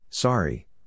Sorry